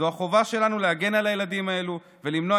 זו החובה שלנו להגן על הילדים האלה ולמנוע